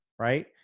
Right